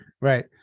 right